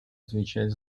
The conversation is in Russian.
отвечает